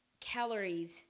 calories